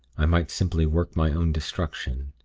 i might simply work my own destruction.